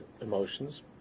emotions